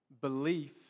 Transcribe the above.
belief